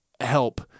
help